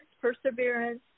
perseverance